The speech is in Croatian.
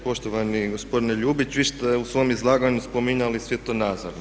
Poštovani gospodine Ljubić vi ste u svom izlaganju spominjali svjetonazor.